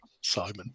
Simon